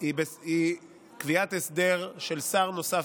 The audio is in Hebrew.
היא קביעת הסדר של שר נוסף